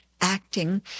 acting